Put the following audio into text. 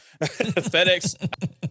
FedEx